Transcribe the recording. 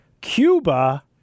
Cuba